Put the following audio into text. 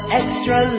extra